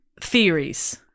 theories